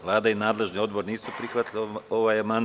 Vlada i nadležni odbor nisu prihvatili ovaj amandman.